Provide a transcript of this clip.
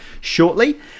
shortly